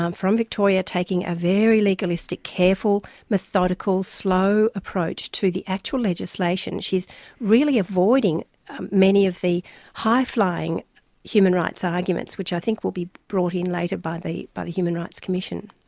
um from victoria, taking a very legalistic, careful, methodical, slow approach to the actual legislation. she's really avoiding many of the high-flying human rights arguments, which i think will be brought in later by the by the human rights commission.